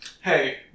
Hey